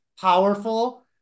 powerful